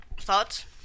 Thoughts